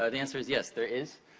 ah the answer is yes, there is.